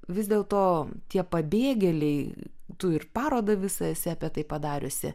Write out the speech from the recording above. vis dėlto tie pabėgėliai tu ir parodą visą esi apie tai padariusi